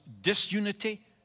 disunity